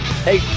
Hey